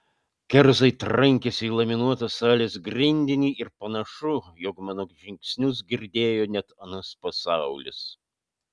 kerzai trankėsi į laminuotą salės grindinį ir panašu jog mano žingsnius girdėjo net anas pasaulis